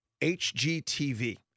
hgtv